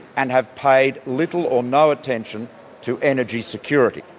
and have paid little or no attention to energy security.